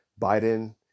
Biden